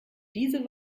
diese